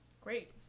Great